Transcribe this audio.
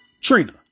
Trina